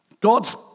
God's